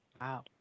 wow